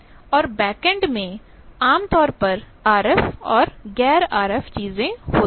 और बैकएंड में आमतौर पर आरएफ और गैर आरएफ चीजें होती हैं